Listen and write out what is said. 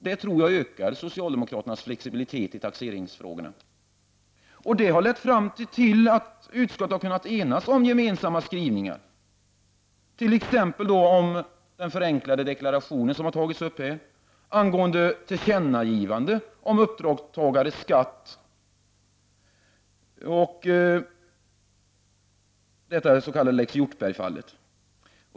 Detta har lett fram till att utskottet har kunnat enas om gemensamma skrivningar, t.ex. om den förenklade deklarationen som har tagits upp här, tillkännagivande om uppdragstagares skatt och det s.k. lex Hjortberg-fallet.